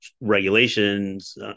regulations